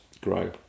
grow